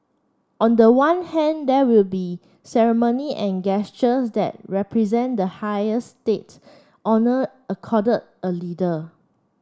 on the one hand there will be ceremony and gestures that represent the highest state honour accorded a leader